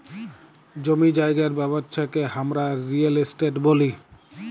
জমি জায়গার ব্যবচ্ছা কে হামরা রিয়েল এস্টেট ব্যলি